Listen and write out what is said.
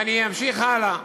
ואמשיך הלאה.